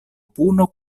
puno